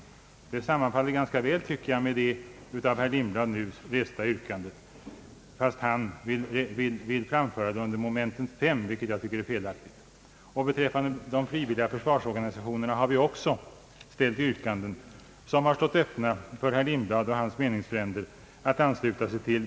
Det sammanfaller, tycker jag, ganska väl med det av herr Lindblad framställda yrkandet, fastän han vill framföra det under mom. 5, vilket jag anser vara felaktigt. Beträffande de frivilliga försvarsorganisationerna har vi också ställt yrkanden, som det vid utskottsbehandlingen stått öppet för herr Lindblad och hans meningsfränder att ansluta sig till.